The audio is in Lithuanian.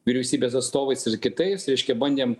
vyriausybės atstovais ir kitais reiškia bandėm